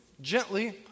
gently